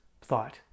thought